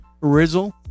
Rizzle